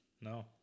No